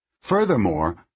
Furthermore